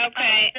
Okay